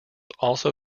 also